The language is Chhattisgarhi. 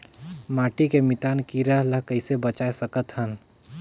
माटी के मितान कीरा ल कइसे बचाय सकत हन?